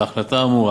להחלטה האמורה